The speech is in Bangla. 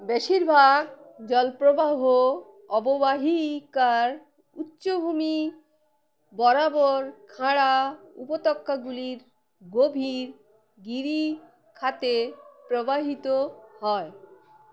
বেশিরভাগ জলপ্রবাহ অববাহিকার উচ্চভূমি বরাবর খাঁড়া উপত্যকাগুলির গভীর গিরিখাতে প্রবাহিত হয়